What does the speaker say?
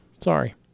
Sorry